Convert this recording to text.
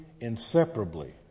inseparably